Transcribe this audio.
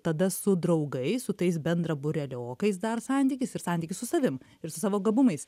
tada su draugais su tais bendrabūreliokais dar santykis ir santykis su savim ir su savo gabumais